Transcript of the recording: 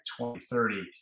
2030